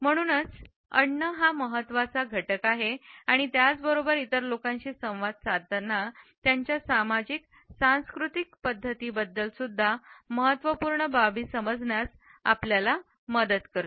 म्हणूनच अन्न हा महत्त्वाचा आहे आणि त्याच बरोबर इतर लोकांशी संवाद साधताना त्यांच्या सामाजिक सांस्कृतिक पद्धतीबद्दल सुद्धा महत्वपूर्ण बाबी समजण्यास आपल्याला मदत करतो